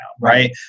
right